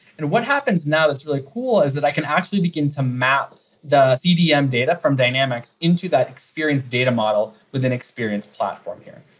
and what happens now that's really cool is that i can actually begin to map the cdm data from dynamics into that experience data model within experience platform here.